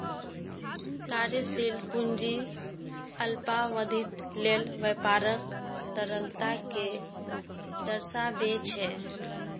कार्यशील पूंजी अल्पावधिक लेल व्यापारक तरलता कें दर्शाबै छै